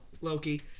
Loki